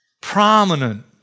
prominent